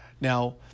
Now